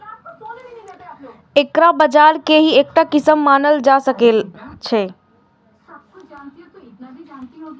एकरा बाजार के ही एकटा किस्म मानल जा सकै छै